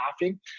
laughing